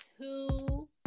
two